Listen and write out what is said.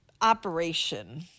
operation